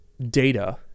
data